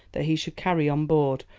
that he should carry on board,